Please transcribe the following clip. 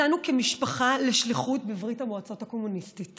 יצאנו כמשפחה בשליחות לברית המועצות הקומוניסטית